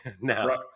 No